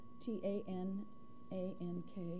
T-A-N-A-N-K